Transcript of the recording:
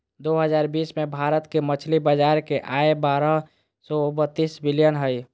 दो हजार बीस में भारत के मछली बाजार के आय बारह सो बतीस बिलियन हइ